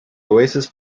oasis